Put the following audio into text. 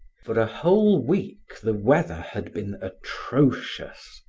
for a whole week, the weather had been atrocious.